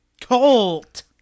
Colt